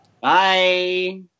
Bye